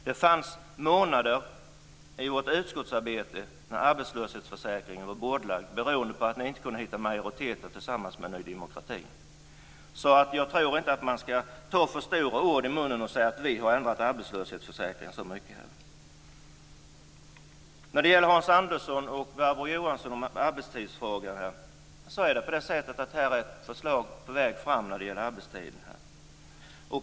Det fanns månader i vårt utskottsarbete när frågan om arbetslöshetsförsäkring var bordlagd beroende på att ni inte kunde hitta majoriteter tillsammans med Ny demokrati. Jag tror inte att man skall ta för stora ord i munnen och säga att vi har ändrat arbetslöshetsförsäkringen så mycket. Hans Andersson och Barbro Johansson tog upp arbetstidsfrågan. Ett förslag är på väg om arbetstiden.